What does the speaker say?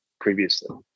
previously